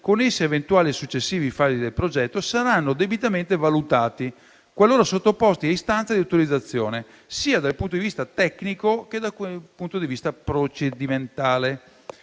connessi ad eventuali successive fasi del progetto saranno debitamente valutati, qualora sottoposti a istanza di autorizzazione dal punto di vista sia tecnico sia procedimentale.